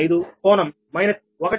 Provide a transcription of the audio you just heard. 98305 కోణం మైనస్ 1